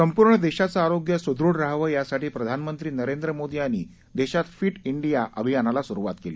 संपूर्ण देशाचं आरोग्य सुदृढ राहावं यासाठी प्रधानमंत्री नरेंद्र मोदी यांनी देशात फिट इंडिया अभियानाला सुरुवात केली